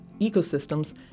ecosystems